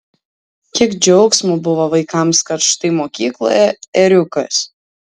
kiek džiaugsmo buvo vaikams kad štai mokykloje ėriukas